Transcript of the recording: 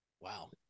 Wow